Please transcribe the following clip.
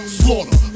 slaughter